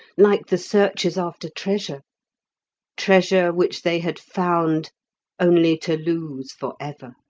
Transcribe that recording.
like the searchers after treasure treasure which they had found only to lose for ever.